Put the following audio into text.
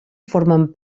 formen